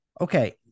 Okay